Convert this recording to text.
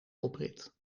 oprit